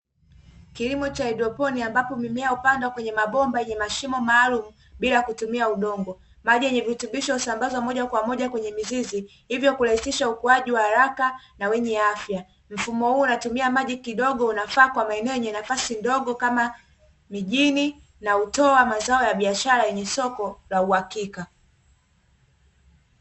Kilimo cha haidroponi ambapo mimea hupandwa kwenye mabomba yenye mashimo maalumu bila kutumia udongo, maji yenye virutubisho husambazwa moja kwa moja kwenye mizizi hivyo kurahisisha ukuaji wa haraka na wenye afya, mfumo huu unatumia maji kidogo unafaa kwa maeneo yenye nafasi ndogo kama mijini na hutoa mazao ya biashara yenye soko la uhakika.